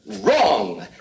Wrong